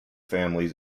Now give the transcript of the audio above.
families